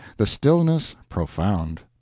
the stillness profound.